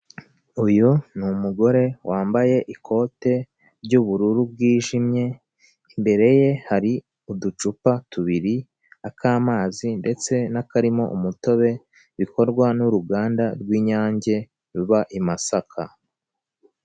Uyu ni umugore wambaye ikote ry'ubururu bwijimye, imbere ye hari uducupa tubiri k'amazi ndetse n'akarimo umutobe bikorwa n'uruganda rw'Inyange ruba i Masaka.